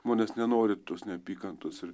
žmonės nenori tos neapykantos ir